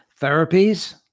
therapies